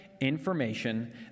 information